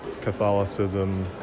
Catholicism